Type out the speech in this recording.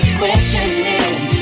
questioning